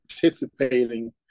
participating